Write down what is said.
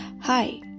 Hi